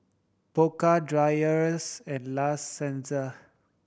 Pokka Dreyers and La Senza